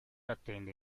attende